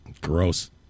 Gross